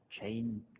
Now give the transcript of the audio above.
chain